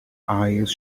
eyes